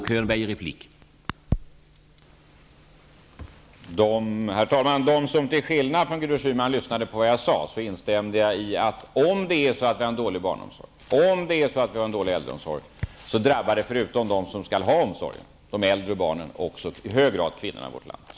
Herr talman! De som till skillnad från Gudrun Schyman lyssnade på vad jag sade hörde att jag instämde i att om vi har en dålig barnomsorg och en dålig äldreomsorg, drabbar det förutom de äldre och barnen, som skall ha omsorgen, också i hög grad kvinnorna i vårt land.